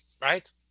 right